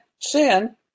Sin